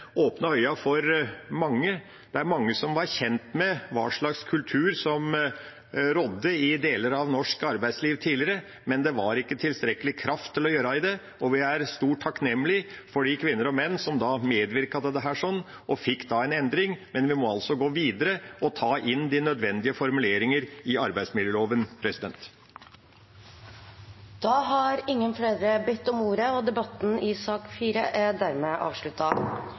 for mange. Mange var kjent med hva slags kultur som rådde i deler av norsk arbeidsliv tidligere, men det var ikke tilstrekkelig kraft til å gjøre noe med det. Vi er svært takknemlige for de kvinner og menn som medvirket til dette, slik at vi fikk en endring, men vi må altså gå videre og ta inn de nødvendige formuleringer i arbeidsmiljøloven. Flere har ikke bedt om ordet til sak nr. 4. Etter ønske fra arbeids- og sosialkomiteen vil presidenten ordne debatten